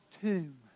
tomb